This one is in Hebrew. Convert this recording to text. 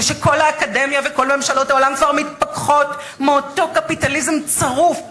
כשכל האקדמיה וכל ממשלות העולם כבר מתפכחות מאותו קפיטליזם צרוף,